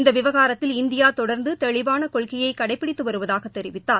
இந்த விவகாரத்தில் இந்தியா தொடர்ந்து தெளிவான கொள்கையை கடைபிடித்து வருவதாகத் தெரிவித்தார்